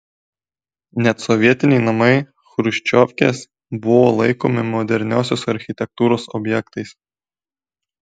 net sovietiniai namai chruščiovkės buvo laikomi moderniosios architektūros objektais